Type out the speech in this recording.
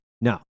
No